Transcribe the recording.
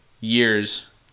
years